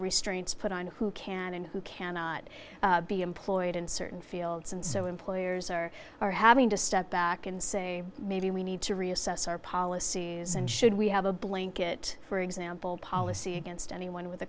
restraints put on who can and who cannot be employed in certain fields and so employers are are having to step back and say maybe we need to reassess our policies and should we have a blanket for example policy against anyone with a